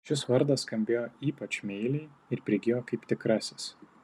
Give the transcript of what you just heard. šis vardas skambėjo ypač meiliai ir prigijo kaip tikrasis